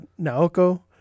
Naoko